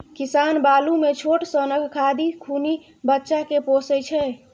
किसान बालु मे छोट सनक खाधि खुनि बच्चा केँ पोसय छै